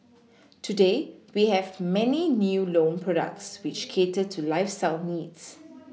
today we have many new loan products which cater to lifeStyle needs